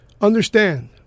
understand